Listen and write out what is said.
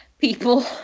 people